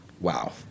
Wow